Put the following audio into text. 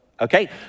Okay